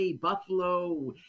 buffalo